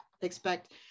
expect